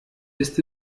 ist